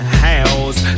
house